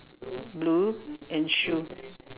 blue and shoe